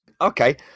Okay